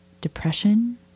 Depression